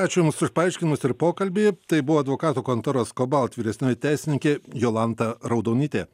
ačiū jums už paaiškinimus ir pokalbį tai buvo advokatų kontoros kobalt vyresnioji teisininkė jolanta raudonytė